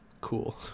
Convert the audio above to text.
cool